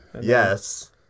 Yes